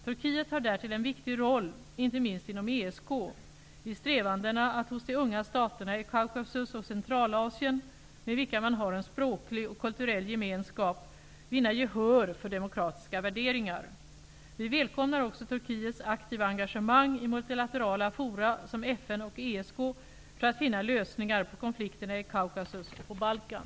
Turkiet har därtill en viktig roll, inte minst inom ESK, i strävandena att hos de unga staterna i Kaukasus och Centralasien, med vilka man har en språklig och kulturell gemenskap, vinna gehör för demokratiska värderingar. Vi välkomnar också Turkiets aktiva engagemang i multilaterala fora som FN och ESK för att finna lösningar på konflikterna i Kaukasus och på Balkan.